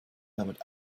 damit